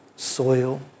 Soil